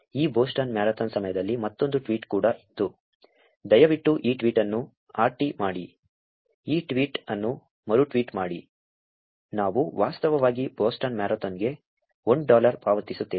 ಈ Boston marathon ಸಮಯದಲ್ಲಿ ಮತ್ತೊಂದು ಟ್ವೀಟ್ ಕೂಡ ಇತ್ತು ದಯವಿಟ್ಟು ಈ ಟ್ವೀಟ್ ಅನ್ನು ಆರ್ಟಿ ಮಾಡಿ ಈ ಟ್ವೀಟ್ ಅನ್ನು ಮರುಟ್ವೀಟ್ ಮಾಡಿ ನಾವು ವಾಸ್ತವವಾಗಿ ಬೋಸ್ಟನ್ ಮ್ಯಾರಥಾನ್ಗೆ 1 ಡಾಲರ್ ಪಾವತಿಸುತ್ತೇವೆ